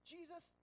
Jesus